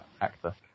Actor